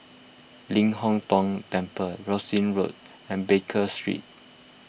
Ling Hong Tong Temple Rosyth Road and Baker Street